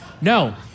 No